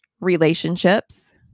relationships